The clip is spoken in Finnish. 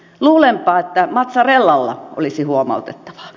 luulenpa että mazzarellalla olisi huomautettavaa